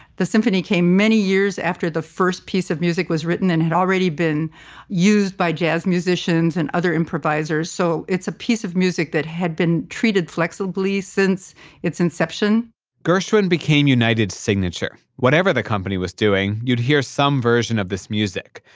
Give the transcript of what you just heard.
the symphony came many years after the first piece of music was written and had already been used by jazz musicians and other improvisers. so it's a piece of music that had been treated flexibly since its inception gershwin became united's signature. whatever the company was doing, you'd hear some version of this music.